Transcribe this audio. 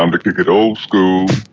um to kick it old school